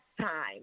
time